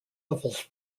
levels